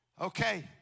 Okay